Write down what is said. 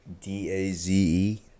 D-A-Z-E